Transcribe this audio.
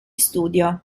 studio